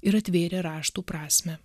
ir atvėrė raštų prasmę